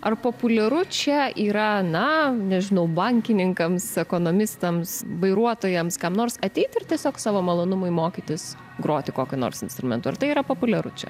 ar populiaru čia yra na nežinau bankininkams ekonomistams vairuotojams kam nors ateiti ir tiesiog savo malonumui mokytis groti kokiu nors instrumentu ar tai yra populiaru čia